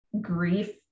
grief